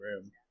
room